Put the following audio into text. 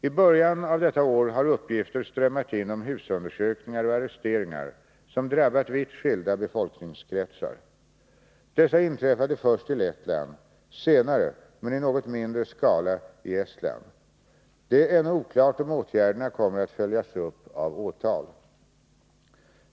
I början av detta år har uppgifter strömmat in om husundersökningar och arresteringar som drabbat vitt skilda befolkningskretsar. Dessa inträffade först i Lettland, senare, men i något mindre skala, i Estland. Det är ännu oklart om åtgärderna kommer att följas upp av åtal.